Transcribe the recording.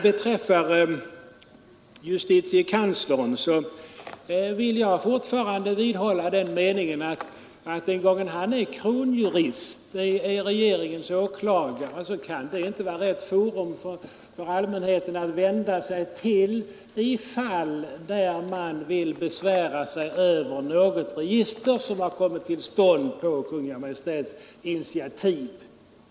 Beträffande JK vidhåller jag att den gången han är kronjurist, regeringens åklagare, kan JK inte vara rätt forum för allmänheten att vända sig till i fall där man vill besvära sig över något register som har kommit till stånd på Kungl. Maj:ts initiativ.